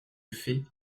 fait